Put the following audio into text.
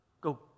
go